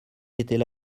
étaient